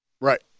Right